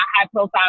high-profile